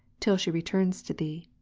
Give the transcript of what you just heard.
till she returns to thee.